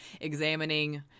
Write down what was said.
examining